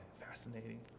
fascinating